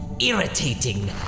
irritating